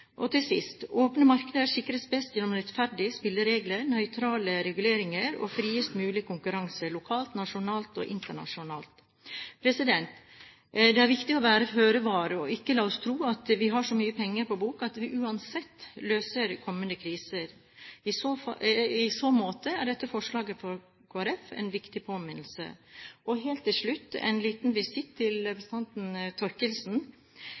dag. Til sist: Åpne markeder sikres best gjennom rettferdige spilleregler, nøytrale reguleringer og friest mulig konkurranse lokalt, nasjonalt og internasjonalt. Det er viktig å være føre var og ikke tro at vi har så mye penger på bok at vi uansett løser kommende kriser. I så måte er dette forslaget fra Kristelig Folkeparti en viktig påminnelse. Helt til slutt en liten visitt til